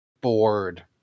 bored